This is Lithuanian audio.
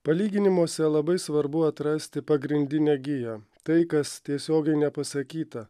palyginimuose labai svarbu atrasti pagrindinę giją tai kas tiesiogiai nepasakyta